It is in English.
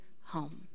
home